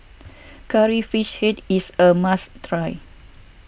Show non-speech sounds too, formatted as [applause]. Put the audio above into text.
[noise] Curry Fish Head is a must try